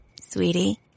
Sweetie